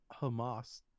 hamas